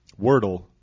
Wordle